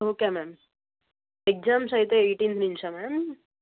okay ma'am exams అయితే eighteen నుంచా ma'am